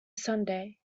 sunday